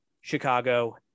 Chicago